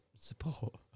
support